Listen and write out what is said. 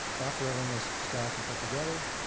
after everything is stacked and put together,